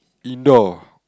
indoor